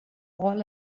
all